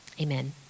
Amen